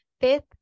fifth